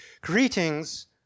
Greetings